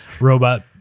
robot